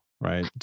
right